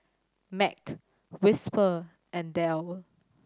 Mac Whisper and Dell